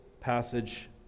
passage